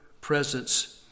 presence